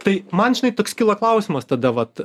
tai man žinai toks kyla klausimas tada vat